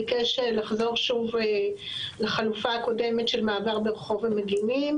ביקש לחזור שוב לחלופה הקודמת של מעבר ברחוב המגינים,